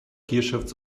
gearshifts